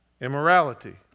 immorality